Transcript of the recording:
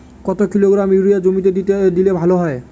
কত kilogram urea জমিতে দিলে ভালো হয়?